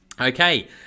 Okay